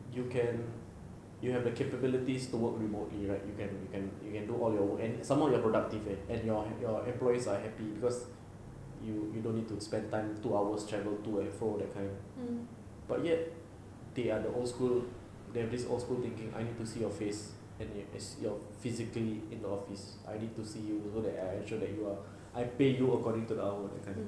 you can you have the capabilities to work remotely right you can you can you can do all your work and some more you are productive eh and your employees are happy because you you don't need to spend time two hours travel to and fro that time but yet they are the old school there is old school thinking I need to see your face and you as you are physically in the office I need to see you to know that ensure that you are I pay you according to the hour that kind